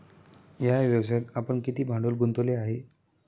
या व्यवसायात आपण किती भांडवल गुंतवले आहे?